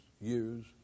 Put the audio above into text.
years